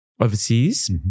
overseas